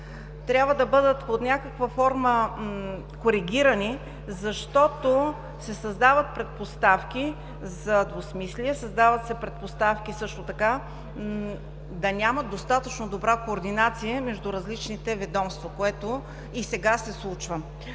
трябва да бъдат под някаква форма коригирани, защото се създават предпоставки за двусмислие, създават се предпоставки също така да няма достатъчно добра координация между различните ведомства, което и сега се случва.